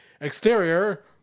Exterior